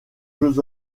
jeux